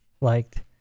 liked